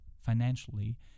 financially